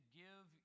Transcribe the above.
give